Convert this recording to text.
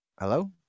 Hello